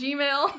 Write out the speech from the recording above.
Gmail